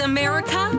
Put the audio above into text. America